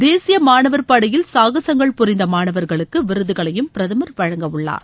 தேசிய மாணவர்படையில் சாகசங்கள் புரிந்த மாணவர்களுக்கு விருதுகளையும் பிரதமர் வழங்கவுள்ளார்